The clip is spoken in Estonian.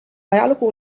ajalugu